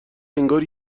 انگار